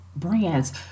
brands